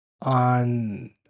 on